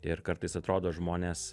ir kartais atrodo žmonės